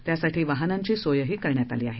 त्यासाठी वाहनांची सोयही करण्यात आली आहे